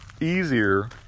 easier